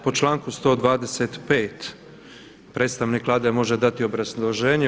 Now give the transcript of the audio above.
Po članku 125. predstavnik Vlade može dati obrazloženje.